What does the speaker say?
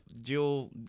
dual